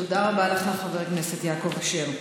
תודה רבה לך, חבר הכנסת יעקב אשר.